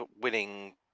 winning